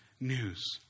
news